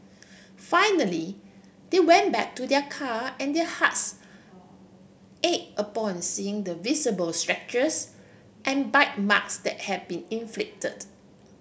finally they went back to their car and their hearts ache upon seeing the visible scratches and bite marks that had been inflicted